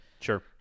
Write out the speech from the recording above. Sure